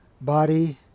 body